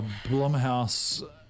Blumhouse